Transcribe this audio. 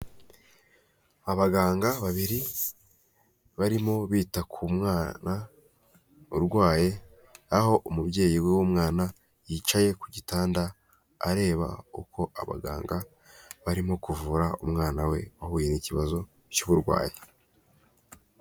Abaganga babiri barimo bita ku mwana urwaye aho umubyeyi w'uwo mwana yicaye ku gitanda areba uko abaganga barimo kuvura umwana we wahuye n'ikibazo cy'uburwayi.